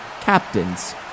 Captain's